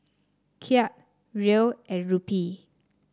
Kyat Riel and Rupee